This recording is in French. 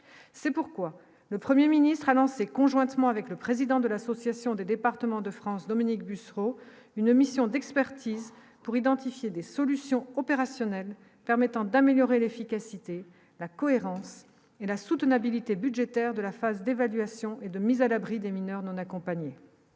c'est pourquoi le 1er ministre a lancé conjointement avec le président de l'association des départements de France, Dominique Bussereau, une mission d'expertise pour identifier des solutions opérationnelles permettant d'améliorer l'efficacité, la cohérence et la soutenabilité budgétaire de la phase d'évaluation et de mise à l'abri des mineurs non accompagnés.